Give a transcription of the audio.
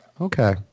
Okay